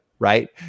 right